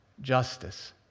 justice